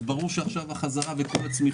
אז ברור שיש חזרה וצמיחה.